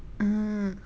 mmhmm